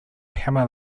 hammer